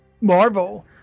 Marvel